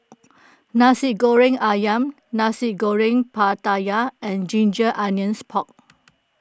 Nasi Goreng Ayam Nasi Goreng Pattaya and Ginger Onions Pork